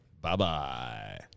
Bye-bye